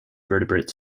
vertebrate